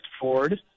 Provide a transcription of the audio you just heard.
Ford